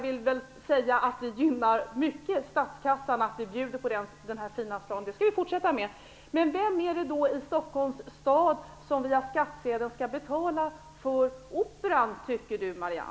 Det gynnar statskassan mycket att vi bjuder på den här fina staden, och det skall vi fortsätta med. Men vem tycker då Marianne Andersson att det är i Stockholms stad som via skattsedeln skall betala för Operan?